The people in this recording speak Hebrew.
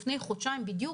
לפני חודשיים בדיוק,